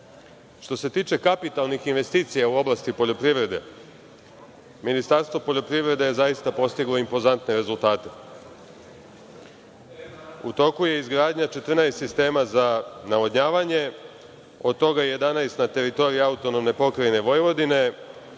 se tiče kapitalnih investicija u oblasti poljoprivrede Ministarstvo poljoprivrede je zaista postiglo impozantne rezultate. U toku je izgradnja 14 sistema za navodnjavanje, od toga je 11 na teritoriji AP Vojvodina,